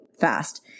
fast